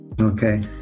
Okay